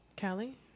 Callie